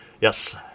Yes